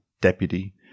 deputy